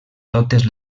totes